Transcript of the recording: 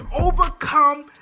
overcome